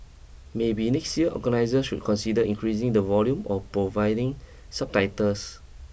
maybe next year organiser should consider increasing the volume or providing subtitles